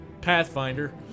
Pathfinder